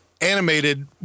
animated